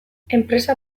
enpresa